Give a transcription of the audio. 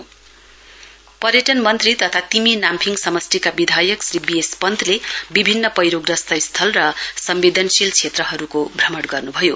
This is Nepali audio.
बीएस पन्त भिजिट पर्यटन मन्त्री तथा तिमी नाम्फिङ समष्टिका विधायक श्री बी एस पन्तले विभिन्न पैहोग्रष्त स्थल र सम्बेदनशील क्षेत्रहरूको ग्रमण गर्न्भयो